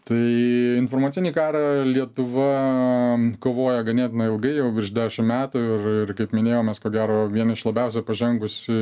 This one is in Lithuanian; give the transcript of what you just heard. tai informacinį karą lietuva kovoja ganėtinai ilgai jau virš dešim metų ir ir kaip minėjau mes ko gero vieni iš labiausiai pažengusi